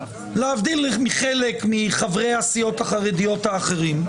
להבדיל מחלק מחברי הסיעות החרדיות האחרים,